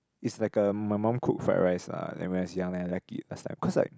it's like a my mum cook fried rice lah then when I was young then I like it that's like cause like